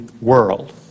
world